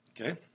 Okay